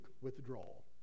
withdrawal